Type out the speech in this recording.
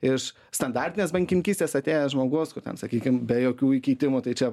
iš standartinės bankininkystės atėjęs žmogus kur ten sakykim be jokių įkeitimų tai čia